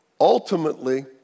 ultimately